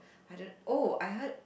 I don't oh I heard